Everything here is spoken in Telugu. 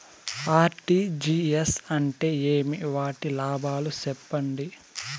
ఆర్.టి.జి.ఎస్ అంటే ఏమి? వాటి లాభాలు సెప్పండి?